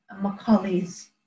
Macaulay's